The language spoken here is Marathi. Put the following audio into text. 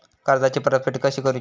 कर्जाची परतफेड कशी करुची?